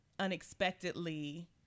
unexpectedly